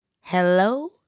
Hello